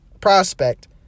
prospect